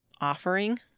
offering